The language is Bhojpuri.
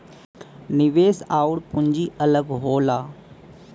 निवेश आउर पूंजी अलग होला